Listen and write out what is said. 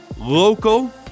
local